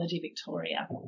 Victoria